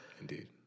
indeed